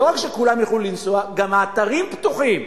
לא רק שכולם יוכלו לנסוע גם האתרים פתוחים,